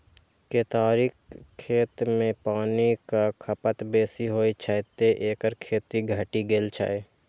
केतारीक खेती मे पानिक खपत बेसी होइ छै, तें एकर खेती घटि गेल छै